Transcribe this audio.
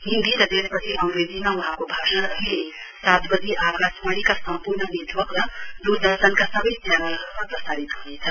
हिन्दी र त्यसपछि अंग्रेजीमा वहाँको भाषण अहिले सात वजी आकाशवाणीका सम्पूर्ण नेटवर्क र दूरदर्शनका सवै च्यानलहरुमा प्रसारित हुनेछ